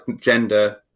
gender